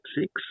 six